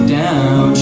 down